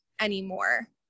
anymore